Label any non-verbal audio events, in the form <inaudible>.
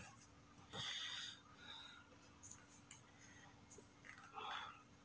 <breath>